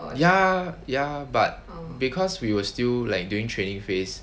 ya ya but because we were still like during training phase